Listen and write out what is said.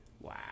Wow